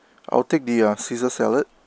I'll take the caesar salad